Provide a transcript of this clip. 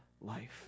life